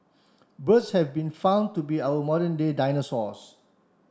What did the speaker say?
birds have been found to be our modern day dinosaurs